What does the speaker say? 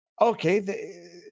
okay